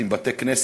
עם בתי-כנסת,